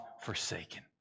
forsaken